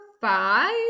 five